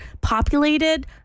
populated